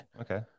Okay